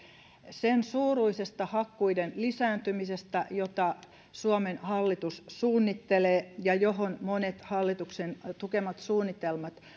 sen suuruisesta hakkuiden lisääntymisestä jota suomen hallitus suunnittelee ja johon monet hallituksen tukemat suunnitelmat